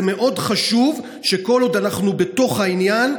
זה מאוד חשוב שכל עוד אנחנו בתוך העניין,